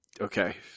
Okay